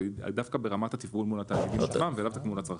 דווקא ברמת התכנון --- מול הצרכן.